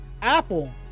apple